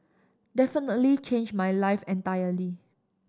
definitely changed my life entirely